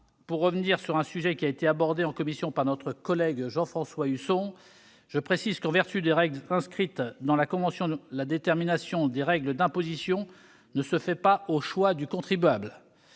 pour revenir sur un sujet qui a été abordé en commission par Jean-François Husson, je précise que, en vertu des règles figurant dans la convention, la détermination des règles d'imposition ne se fait pas au choix du contribuable.